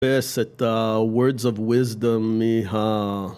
חיפש את ה-words of wisdom, מה...